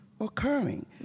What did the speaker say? occurring